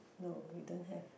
no we don't have